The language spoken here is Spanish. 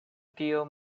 tío